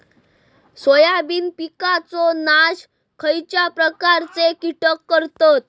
Soybean पिकांचो नाश खयच्या प्रकारचे कीटक करतत?